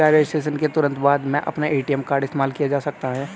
क्या रजिस्ट्रेशन के तुरंत बाद में अपना ए.टी.एम कार्ड इस्तेमाल किया जा सकता है?